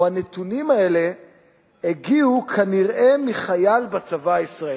או הנתונים האלה הגיעו כנראה מחייל בצבא הישראלי.